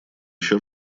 еще